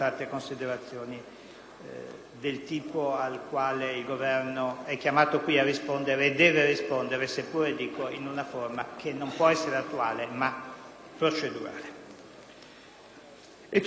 quelle a cui il Governo è chiamato qui a rispondere (e deve rispondere), seppure in una forma che non può essere attuale ma procedurale.